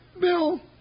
Bill